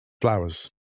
Flowers